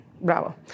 Bravo